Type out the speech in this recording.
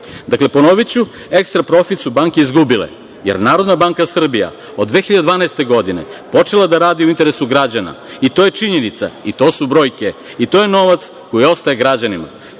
ponoviću, ekstra profit su banke izgubile, jer je NBS od 2012. godine počela da radi u interesu građana. To je činjenica i to su brojke. To je novac koji ostaje građanima,